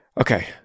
Okay